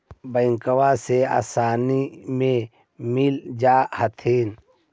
बैंकबा से आसानी मे मिल जा हखिन?